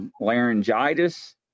laryngitis